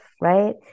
right